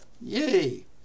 Yay